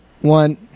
one